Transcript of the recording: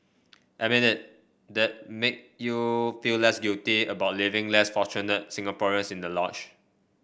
admit it that make you feel less guilty about leaving less fortunate Singaporeans in the lurch